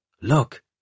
Look